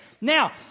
Now